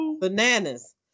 bananas